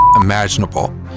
imaginable